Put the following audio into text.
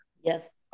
Yes